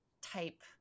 type